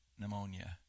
pneumonia